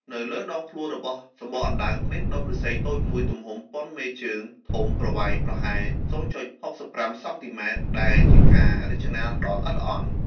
នៅលើដងខ្លួនរបស់សំបកអណ្តើក មានដុំឫស្សីតូចមួយទំហំប៉ុនមេជើងធំ ប្រវែងប្រហែល ០.៦៥ សង់ទីម៉ែត្រ ដែលជាការរចនាដ៏ល្អិតល្អន់។